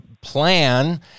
plan